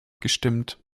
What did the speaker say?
gestimmt